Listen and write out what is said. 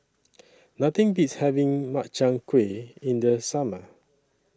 Nothing Beats having Makchang Gui in The Summer